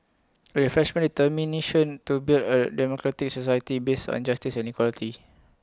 A refreshed determination to build A democratic society based on justice and equality